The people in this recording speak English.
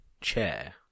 chair